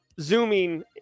zooming